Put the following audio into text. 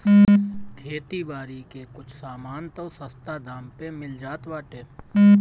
खेती बारी के कुछ सामान तअ सस्ता दाम पे मिल जात बाटे